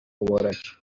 مبارک